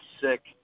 sick